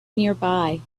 nearby